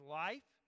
life